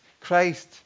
Christ